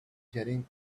jetting